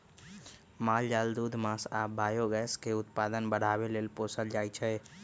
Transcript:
माल जाल दूध मास आ बायोगैस के उत्पादन बढ़ाबे लेल पोसल जाइ छै